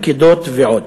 פקידות ועוד.